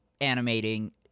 animating